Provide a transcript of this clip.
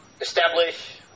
establish